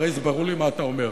הרי זה ברור לי מה אתה אומר.